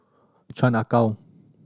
Chan Ah Kow